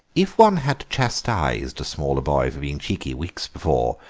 if one had chastised a smaller boy for being cheeky weeks before,